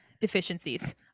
deficiencies